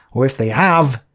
or if they have,